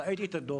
ראיתי את הדו"ח,